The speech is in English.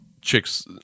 Chicks